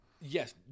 Yes